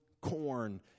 corn